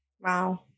wow